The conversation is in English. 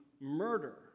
murder